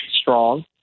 strong